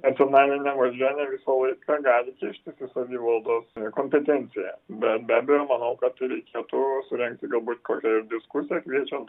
nacionalinė valdžia ne visą laiką gali kištis į savivaldos kompetenciją bet be abejo manau kad reikėtų surengti galbūt kokią diskusiją kviečiant